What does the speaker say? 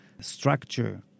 structure